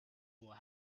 will